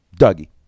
Dougie